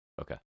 okay